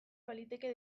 baliteke